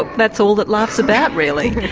that's all that life's about, really.